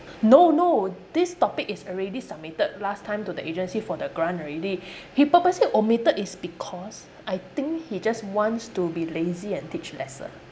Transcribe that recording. no no this topic is already submitted last time to the agency for the grant already he purposely omitted is because I think he just wants to be lazy and teach lesser